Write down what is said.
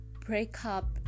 breakup